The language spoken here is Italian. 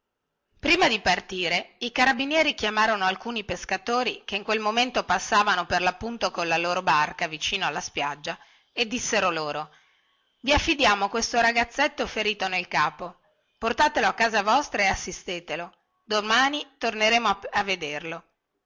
prima di partire i carabinieri chiamarono alcuni pescatori che in quel momento passavano per lappunto colla loro barca vicino alla spiaggia e dissero loro i affidiamo questo ragazzetto ferito nel capo portatelo a casa vostra e assistetelo domani torneremo a vederlo